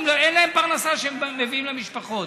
אין להם פרנסה שהם מביאים למשפחות.